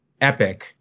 epic